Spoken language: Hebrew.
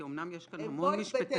כי אומנם יש כאן המון משפטנים,